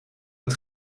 het